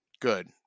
Good